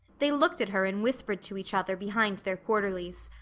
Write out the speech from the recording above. they looked at her and whispered to each other behind their quarterlies.